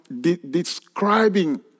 describing